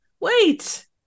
wait